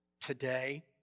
Today